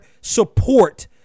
support